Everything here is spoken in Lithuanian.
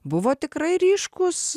buvo tikrai ryškūs